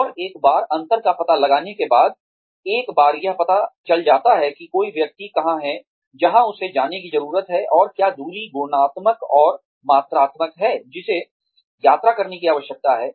और एक बार अंतर का पता लगने के बाद एक बार यह पता चल जाता है कि कोई व्यक्ति कहां है जहां उसे जाने की जरूरत है और क्या दूरी गुणात्मक और मात्रात्मक है जिसे यात्रा करने की आवश्यकता है